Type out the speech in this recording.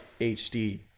HD